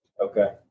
Okay